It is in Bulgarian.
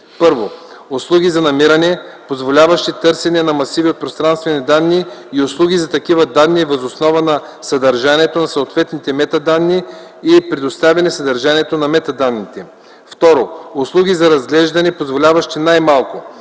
1. услуги за намиране, позволяващи търсене на масиви от пространствени данни и услуги за такива данни въз основа на съдържанието на съответните метаданни и представяне съдържанието на метаданните; 2. услуги за разглеждане, позволяващи най-малко: